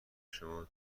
شما